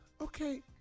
Okay